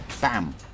bam